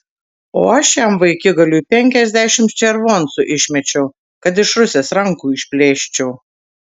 o aš šiam vaikigaliui penkiasdešimt červoncų išmečiau kad iš rusės rankų išplėščiau